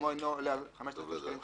שסכומו אינו עולה על 5,000 שקלים חדשים,